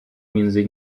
między